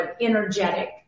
energetic